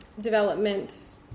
development